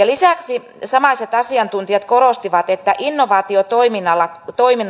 lisäksi samaiset asiantuntijat korostivat että innovaatiotoiminnalle